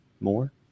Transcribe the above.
more